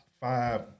five